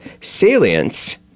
salience